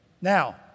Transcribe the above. Now